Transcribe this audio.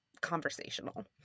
conversational